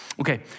Okay